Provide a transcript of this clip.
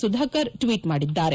Sudhakar tweet ಮಾಡಿದ್ದಾರೆ